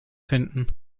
finden